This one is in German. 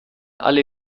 alle